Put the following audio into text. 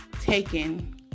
taken